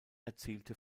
erzielte